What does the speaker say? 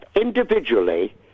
individually